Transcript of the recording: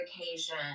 occasion